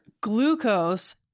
glucose